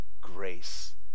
grace